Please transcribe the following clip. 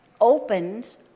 opened